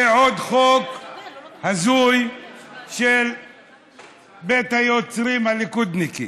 עוד חוק הזוי של בית היוצרים הליכודניקי.